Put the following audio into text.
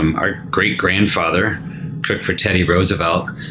um our great grandfather cooked for teddy roosevelt